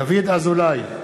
דוד אזולאי,